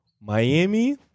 Miami